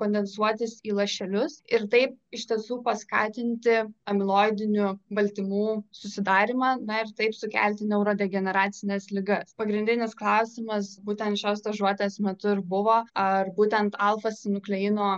kondensuotis į lašelius ir taip iš tiesų paskatinti amiloidinių baltymų susidarymą na ir taip sukelti neurodegeneracines ligas pagrindinis klausimas būtent šios stažuotės metu ir buvo ar būtent alfasinukleino